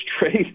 trade